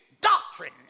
doctrine